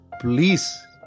please